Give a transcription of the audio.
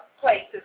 places